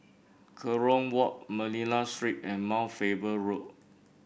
Kerong Walk Manila Street and Mount Faber Road